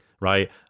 right